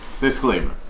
disclaimer